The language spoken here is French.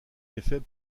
effet